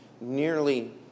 nearly